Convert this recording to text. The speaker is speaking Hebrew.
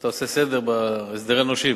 כשאתה עושה סדר בהסדרי נושים.